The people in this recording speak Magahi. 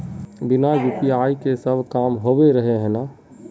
बिना यु.पी.आई के सब काम होबे रहे है ना?